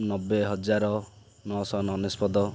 ନବେ ହଜାର ନଅଶହ ଅନେଶପଦ